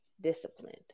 disciplined